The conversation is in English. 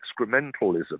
excrementalism